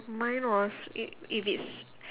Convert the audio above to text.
mine was i~ if it's